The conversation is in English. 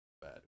bad